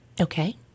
Okay